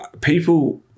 people